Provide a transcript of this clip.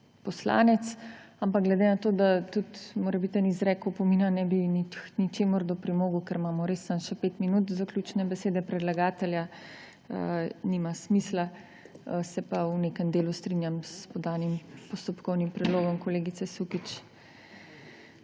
poslanec. Ampak, glede na to, da tudi morebiten izrek opomina ne bi k ničemur doprimogel, ker imamo res samo še 5 minut zaključne besede predlagatelja, nima smisla. Se pa v nekem delu strinjam s podanim postopkovnim predlogom kolegice Sukič.